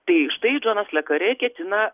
tai štai džonas le karė ketina